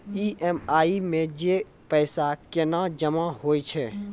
EMI मे जे पैसा केना जमा होय छै?